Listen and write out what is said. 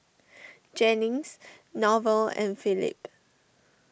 Jennings Norval and Philip